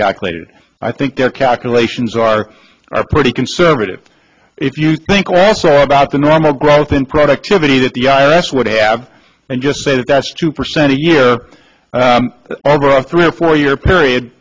calculated i think their calculations are pretty conservative if you think also about the normal growth in productivity that the i r s would have and just say that that's two percent a year over three or four year period